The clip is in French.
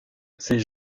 ces